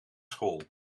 school